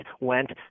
went